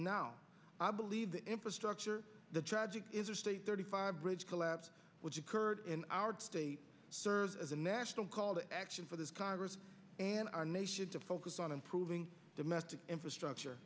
now i believe the infrastructure the tragic interstate thirty five bridge collapse which occurred in our state serves as a national call to action for this congress and our nation to focus on improving domestic infrastructure